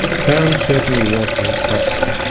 crown certainly wanted his custom.